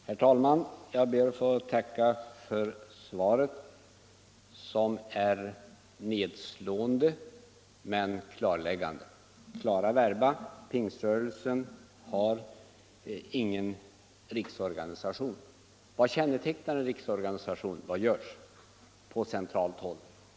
Herr talman! Jag ber att få tacka för svaret som är nedslående men klarläggande. I klara verba: pingströrelsen har ingen riksorganisation. Vad kännetecknar en riksorganisation? Vad görs på centralt håll?